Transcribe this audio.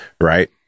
right